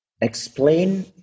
explain